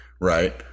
right